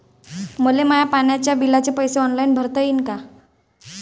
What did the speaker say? मले माया पाण्याच्या बिलाचे पैसे ऑनलाईन भरता येईन का?